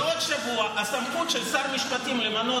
בעוד שבוע הסמכות של שר המשפטים למנות